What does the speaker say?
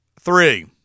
three